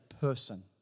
person